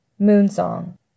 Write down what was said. Moonsong